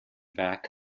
werk